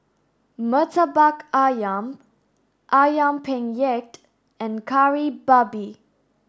Murtabak Ayam Ayam Penyet and Kari Babi